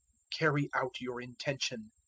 carry out your intention.